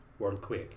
Worldquake